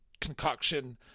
concoction